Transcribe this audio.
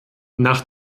nach